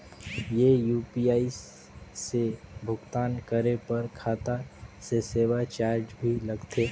ये यू.पी.आई से भुगतान करे पर खाता से सेवा चार्ज भी लगथे?